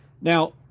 now